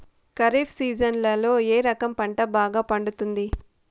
ఖరీఫ్ సీజన్లలో ఏ రకం పంట బాగా పండుతుంది